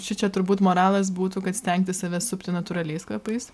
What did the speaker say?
šičia turbūt moralas būtų kad stengtis save supti natūraliais kvapais